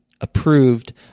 approved